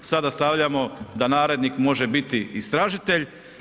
Sada stavljamo da narednik može biti istražitelj.